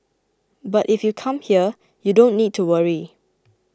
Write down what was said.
but if you come here you don't need to worry